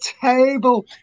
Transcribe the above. table